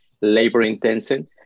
labor-intensive